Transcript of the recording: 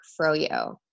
Froyo